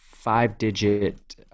Five-digit